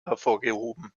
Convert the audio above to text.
hervorgehoben